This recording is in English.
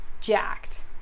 jacked